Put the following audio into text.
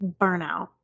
burnout